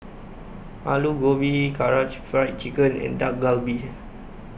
Alu Gobi Karaage Fried Chicken and Dak Galbi